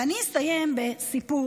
ואני אסיים בסיפור.